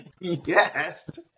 Yes